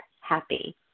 Happy